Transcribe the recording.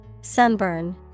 Sunburn